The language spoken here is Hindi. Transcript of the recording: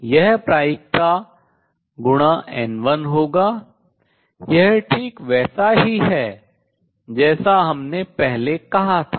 यह प्रायिकता गुणा N1 होगा यह ठीक वैसा ही है जैसा हमने पहले कहा था